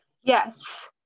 Yes